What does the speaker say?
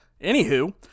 Anywho